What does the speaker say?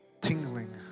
tingling